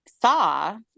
Saw